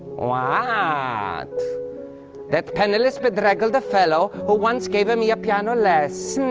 ah that that penniless but bedraggled fellow who once gave me piano lessons?